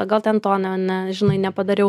na gal ten to na na žinai nepadariau